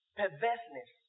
perverseness